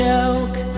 joke